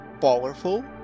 powerful